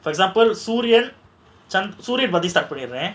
for example sooriyan பத்தி:sooriyan pathi start பண்ணிட்றேன்:pannidraen